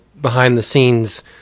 behind-the-scenes